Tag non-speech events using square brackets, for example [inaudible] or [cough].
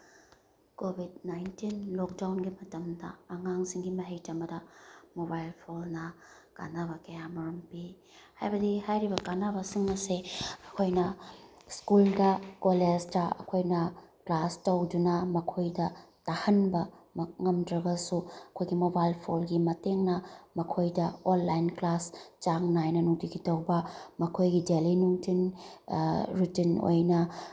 Covid nineteen ꯂꯣꯛꯗꯥꯎꯟꯒꯤ ꯃꯇꯝꯗ ꯑꯉꯥꯡꯁꯤꯡꯒꯤ ꯃꯍꯩ ꯇꯝꯕꯗ ꯃꯣꯕꯥꯏꯜ ꯐꯣꯟꯅ ꯀꯥꯅꯕ ꯀꯌꯥ ꯑꯃꯔꯣꯝ ꯄꯤ ꯍꯥꯏꯕꯗꯤ ꯍꯥꯏꯔꯤꯕ ꯀꯥꯅꯕꯁꯤꯡ ꯑꯁꯦ ꯑꯩꯈꯣꯏꯅ ꯁ꯭ꯀꯨꯜꯗ ꯀꯣꯂꯦꯖꯇ ꯑꯩꯈꯣꯏꯅ ꯀ꯭ꯂꯥꯁ ꯇꯧꯗꯨꯅ ꯃꯈꯣꯏꯗ ꯇꯥꯍꯟꯕꯃꯛ ꯉꯝꯗ꯭ꯔꯒꯁꯨ ꯑꯩꯈꯣꯏꯒꯤ ꯃꯣꯕꯥꯏꯜ ꯐꯣꯟꯒꯤ ꯃꯇꯦꯡꯅ ꯃꯈꯣꯏꯗ ꯑꯣꯟꯂꯥꯏꯟ ꯀ꯭ꯂꯥꯁ ꯆꯥꯡ ꯅꯥꯏꯅ ꯅꯨꯡꯇꯤꯒꯤ ꯇꯧꯕ ꯃꯈꯣꯏꯒꯤ ꯗꯦꯂꯤ [unintelligible] ꯔꯨꯇꯤꯟ ꯑꯣꯏꯅ